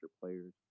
players